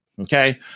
okay